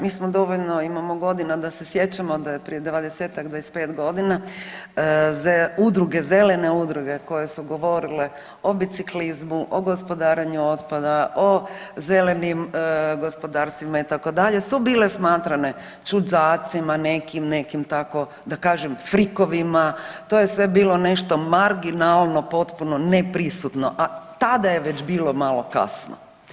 Mi smo dovoljno i imamo godina da se sjećamo da je prije 20-tak, 25.g. udruge, zelene udruge koje su govorile o biciklizmu, o gospodarenju otpada, o zelenim gospodarstvima itd. su bile smatrane čuđacima nekim, nekim tako da kažem frikovima, to je sve bilo nešto marginalno potpuno ne prisutno a tada je već bilo malo kasno.